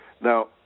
Now